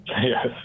yes